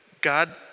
God